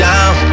Down